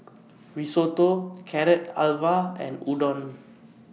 Risotto Carrot Halwa and Udon